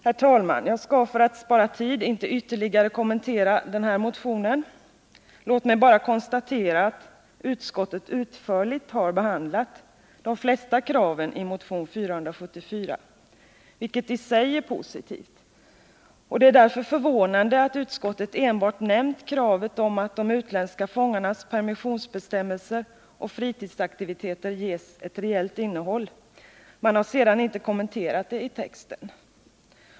Herr talman! Jag skall, för att spara tid, inte ytterligare kommentera den här motionen. Låt mig bara konstatera att utskottet utförligt har behandlat de flesta kraven i motion 474, vilket i sig är positivt. Det är därför förvånande att utskottet enbart har nämnt kravet på att de utländska fångarnas permissionsbestämmelser och fritidsaktiviteter ges ett reellt innehåll och sedan inte har kommenterat det i texten.